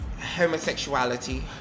homosexuality